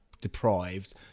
deprived